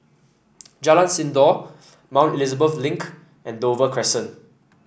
Jalan Sindor Mount Elizabeth Link and Dover Crescent